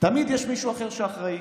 תמיד יש מישהו אחר שהוא אחראי,